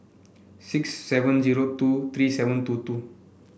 six seven zero two three seven two two